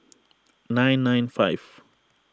nine nine five